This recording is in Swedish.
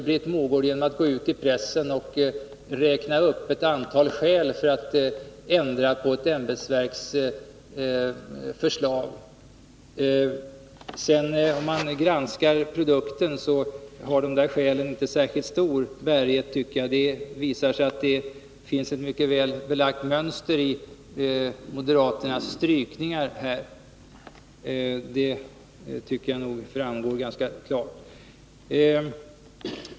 Britt Mogård går ut i pressen och räknar upp ett antal skäl för att ändra på ett ämbetsverks förslag. När man sedan granskar produkten finner man att dessa skäl inte har särskilt stor bärighet. Det visar sig att det finns ett mycket väl belagt mönster i moderaternas strykningar — det tycker jag framgår ganska klart.